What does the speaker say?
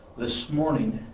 this morning,